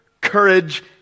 courage